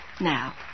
Now